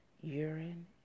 urine